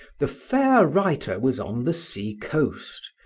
the fair writer was on the sea-coast,